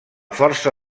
força